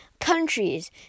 countries